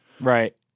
Right